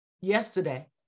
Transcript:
yesterday